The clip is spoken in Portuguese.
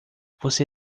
você